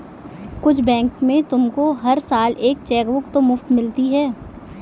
कुछ बैंक में तुमको हर साल एक चेकबुक तो मुफ़्त मिलती है